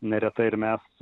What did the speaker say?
neretai ir mes